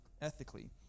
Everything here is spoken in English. ethically